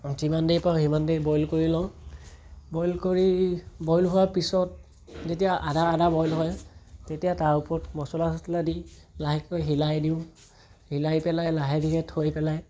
যিমান দেৰি পাৰোঁ সিমান দেৰি বইল কৰি লওঁ বইল কৰি বইল হোৱাৰ পিছত যেতিয়া আধা আধা বইল হয় তেতিয়া তাৰ ওপৰত মছলা চছলা দি লাহেকৈ হিলাই দিওঁ হিলাই পেলাই লাহে ধীৰে থৈ পেলাই